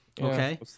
okay